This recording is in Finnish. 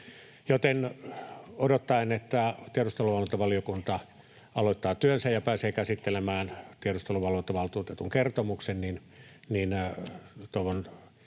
Joten odottaen, että tiedusteluvalvontavaliokunta aloittaa työnsä ja pääsee käsittelemään tiedusteluvalvontavaltuutetun kertomuksen, toivon